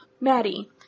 Maddie